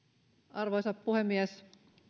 arvoisa puhemies